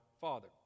Father